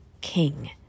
king